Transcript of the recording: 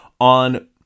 on